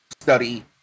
study